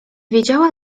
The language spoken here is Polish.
wiedziała